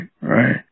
right